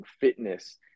fitness